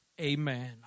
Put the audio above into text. amen